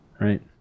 right